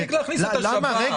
תפסיק להכניס את השבת.